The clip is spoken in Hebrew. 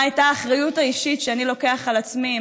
מה הייתה האחריות האישית שאני לוקח על עצמי?